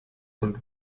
und